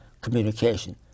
communication